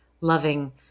loving